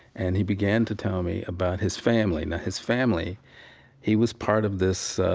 and he began to tell me about his family. now his family he was part of this